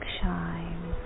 shine